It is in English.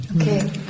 Okay